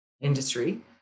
industry